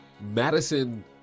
Madison